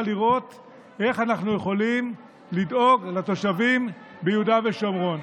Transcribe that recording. לראות איך אנחנו יכולים לדאוג לתושבים ביהודה ושומרון.